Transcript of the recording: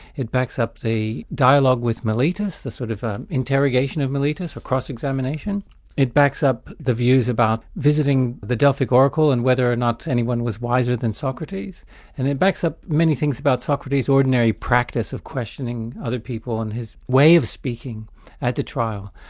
it backs up the dialogue with meletus, the sort of interrogation of meletus, or cross-examination it backs up the views about visiting the delphic oracle and whether or not anyone was wiser than socrates and it backs up many things about socrates' ordinary practice of questioning other people and his way of speaking at the trial.